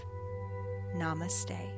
Namaste